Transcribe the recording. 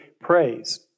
praise